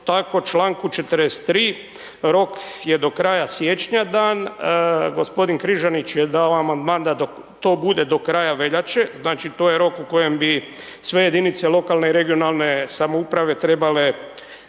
tako čl. 43., rok je do kraja siječnja dan, g. Križanić je dao Amandman da to bude do kraja veljače, znači, to je rok u kojem bi sve jedinice lokalne i regionalne samouprave trebale